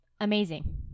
amazing